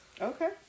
Okay